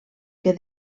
que